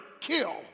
kill